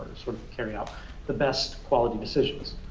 sort of carry out the best quality decisions.